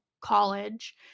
college